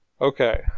Okay